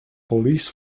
police